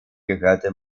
gehörte